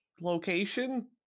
location